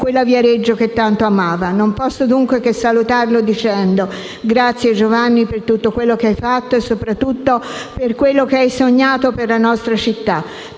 quella Viareggio che tanto amava. Dunque, non posso che salutare dicendo: grazie Giovanni per tutto quello che hai fatto e soprattutto per quello che hai sognato per la nostra città,